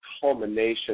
culmination